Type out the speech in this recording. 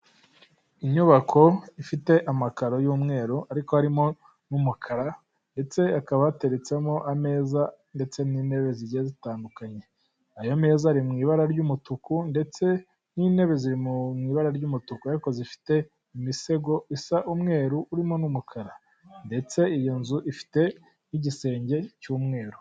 Inyubako ifite amakararo y'umweru ariko harimo n'umukara, ndetse hakaba hateretsemo ameza ndetse n'intebe zigiye zitandukanye, ayo meza ari mw’ibara ry'umutuku ndetse n'intebe ziri mw’ibara ry'umutuku ariko zifite imisego isa umweru urimo n'umukara, ndetse iyo nzu ifite n'igisenge cy'umweru.